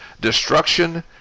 destruction